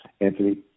Anthony